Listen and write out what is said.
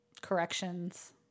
corrections